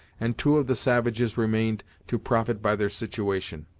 and two of the savages remained to profit by their situation.